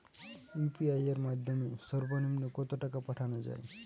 UPI এর মাধ্যমে সর্ব নিম্ন কত টাকা পাঠানো য়ায়?